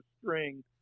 string